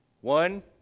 one